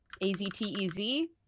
A-Z-T-E-Z